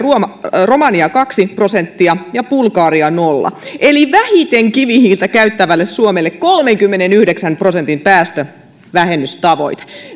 romania kaksi prosenttia ja bulgaria nolla eli vähiten kivihiiltä käyttävälle suomelle kolmenkymmenenyhdeksän prosentin päästövähennystavoite